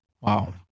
Wow